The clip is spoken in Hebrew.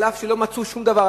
על אף שלא מצאו שום דבר.